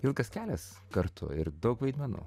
ilgas kelias kartu ir daug vaidmenų